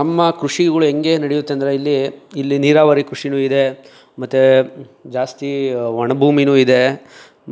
ನಮ್ಮ ಕೃಷಿಗಳು ಹೆಂಗೆ ನಡೆಯುತ್ತೆ ಅಂದರೆ ಇಲ್ಲಿ ಇಲ್ಲಿ ನೀರಾವರಿ ಕೃಷಿಯೂ ಇದೆ ಮತ್ತೆ ಜಾಸ್ತಿ ಒಣಭೂಮಿಯೂ ಇದೆ